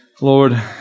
Lord